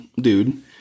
dude